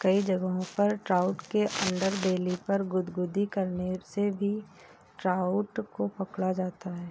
कई जगहों पर ट्राउट के अंडरबेली पर गुदगुदी करने से भी ट्राउट को पकड़ा जाता है